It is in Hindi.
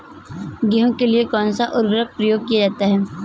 गेहूँ के लिए कौनसा उर्वरक प्रयोग किया जाता है?